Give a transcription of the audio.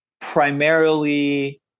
primarily